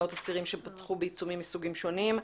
מאות אסירים שפצחו באיסורים מסוגים שונים.